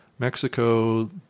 Mexico